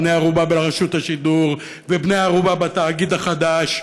בני-ערובה ברשות השידור ובני-ערובה בתאגיד החדש.